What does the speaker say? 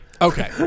Okay